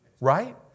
right